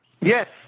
Yes